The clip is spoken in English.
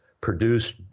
produced